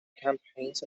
campaigns